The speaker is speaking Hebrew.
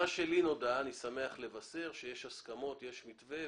נודע לי אני שמח לבשר שיש הסכמות ויש מתווה.